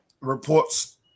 reports –